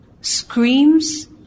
screams